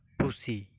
ᱯᱩᱥᱤ